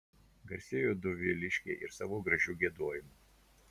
garsėjo doviliškiai ir savo gražiu giedojimu